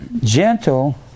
Gentle